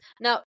Now